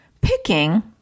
picking